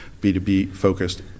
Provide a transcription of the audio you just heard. B2B-focused